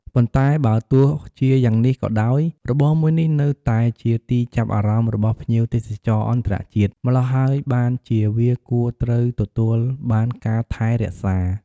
ប៉ុន្តែបើទោះជាយ៉ាងនេះក៏ដោយ របរមួយនេះនៅតែជាទីចាប់អារម្មណ៍របស់ភ្ញៀវទេសចរអន្តរជាតិ ម្លោះហើយបានជាវាគួរត្រូវទទួលបានការថែរក្សា។